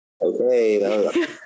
okay